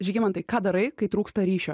žygimantai ką darai kai trūksta ryšio